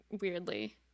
weirdly